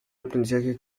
aprendizaje